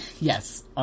Yes